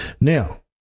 Now